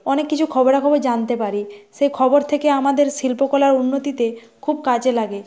অনেক কিছু খবরাখবর জানতে পারি সে খবর থেকে আমাদের শিল্পকলার উন্নতিতে খুব কাজে লাগে